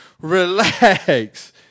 relax